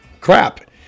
Crap